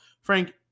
Frank